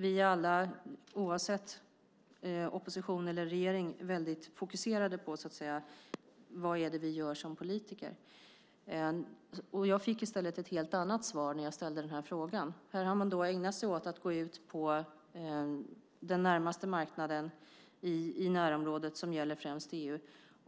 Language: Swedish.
Vi är alla, oavsett om vi är i opposition eller regering, väldigt fokuserade på vad det är vi gör som politiker. Jag fick i stället ett helt annat svar när jag ställde den här frågan. Man har då ägnat sig åt att gå ut på den närmaste marknaden i närområdet som främst gäller